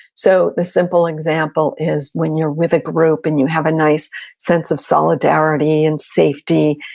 so the simple example is, when you're with a group and you have a nice sense of solidarity and safety.